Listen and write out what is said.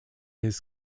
his